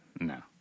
No